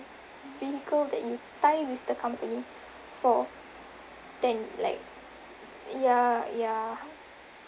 vehicle that you tie with the company for ten like ya ya